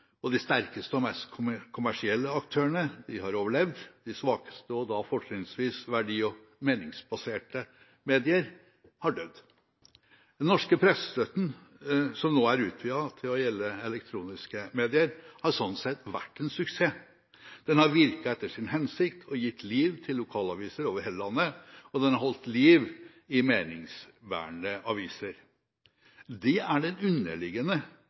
utviklingen. De sterkeste og mest kommersielle aktørene har overlevd. De svakeste – fortrinnsvis verdi- og meningsbaserte – medier har dødd. Den norske pressestøtten, som nå er utvidet til å gjelde elektroniske medier, har slik sett vært en suksess. Den har virket etter sin hensikt og gitt liv til lokalaviser over hele landet. Den har holdt liv i meningsbærende aviser. Det er den underliggende